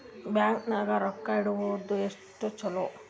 Bank ನಾಗ ರೊಕ್ಕ ಇಡುವುದು ಎಷ್ಟು ಚಲೋ?